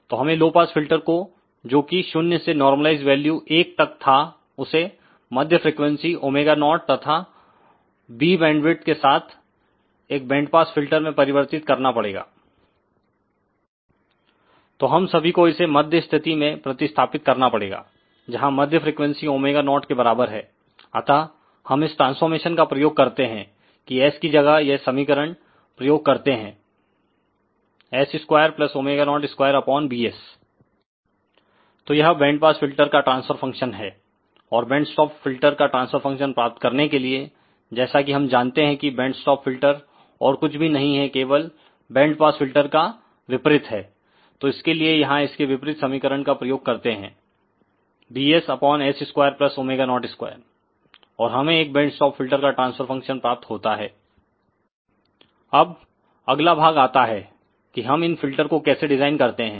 तो हमें low pass filter को जोकि शून्य से नॉर्मलाइज्ड वैल्यू 1 तक थाउसेमध्य फ्रीक्वेंसी ω0 तथा B बैंडविथ के साथ एक बैंड पास फिल्टर में परिवर्तित करना पड़ेगा तो हम सभी को इसेमध्य स्थिति में प्रति स्थापित करना पड़ेगा जहां मध्य फ्रीक्वेंसी ω0 के बराबर है अतः हम इस ट्रांसफॉरमेशन का प्रयोग करते हैं की s की जगह यह समीकरण प्रयोग करते हैं s202Bs तो यह बैंड पास फिल्टर का ट्रांसफर फंक्शन हैऔर बैंड् स्टॉप फिल्टर का ट्रांसफर फंक्शनप्राप्त करने के लिए जैसा कि हम जानते हैं कि बैंड् स्टॉप फिल्टर और कुछ भी नहीं है केवल बैंड पास फिल्टर का विपरीत है तो इसके लिए यहां इसके विपरीत समीकरण का प्रयोग करते हैं Bs s202 और हमें एकबैंड्स्टॉप फिल्टर काट्रांसफर फंक्शन प्राप्त होता है अब अगला भाग आता है कि हम इन फ़िल्टर को कैसे डिज़ाइन करते हैं